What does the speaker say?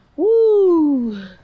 Woo